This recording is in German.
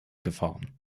gefahren